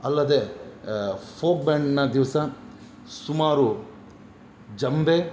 ಅಲ್ಲದೆ ಫೋಕ್ ಬ್ಯಾಂಡ್ನ ದಿವಸ ಸುಮಾರು ಜಂಬೆ